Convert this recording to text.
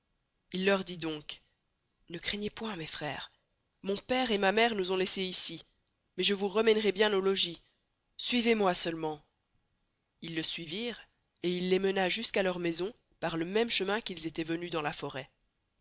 il leur dit donc ne craignés point mes frères mon pere et ma mere nous ont laissés icy mais je vous rameneray bien au logis suivez moy seulement ils le suivirent et il les mena jusqu'à leur maison par le même chemin qu'ils estoient venus dans la forest